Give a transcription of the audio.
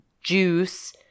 juice